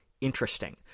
interesting